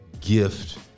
gift